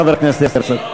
חבר הכנסת הרצוג?